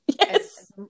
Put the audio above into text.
Yes